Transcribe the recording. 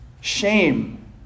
Shame